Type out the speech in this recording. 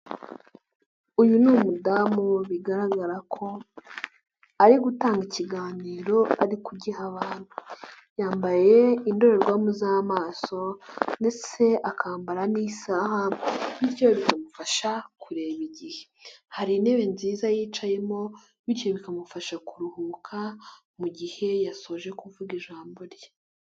Uyu ni umudamu bigaragara ko ari gutanga ikiganiro ari kugiha abantu, yambaye indorerwamo z'amaso ndetse akambara n'isaha bityo bikamufasha kureba igihe. Hari intebe nziza yicayemo bityo bikamufasha kuruhuka mu gihe yasoje kuvuga ijambo rye.